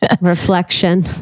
Reflection